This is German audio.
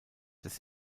des